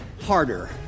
harder